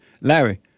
Larry